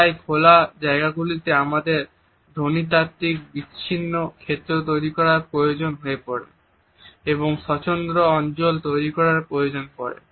তাই খোলা জায়গাগুলিতে আমাদের ধ্বনিতাত্ত্বিক বিচ্ছিন্ন ক্ষেত্র তৈরি করার প্রয়োজন হয়ে পড়ে এবং স্বতন্ত্র অঞ্চল তৈরি করার প্রয়োজন পরে